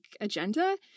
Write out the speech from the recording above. agenda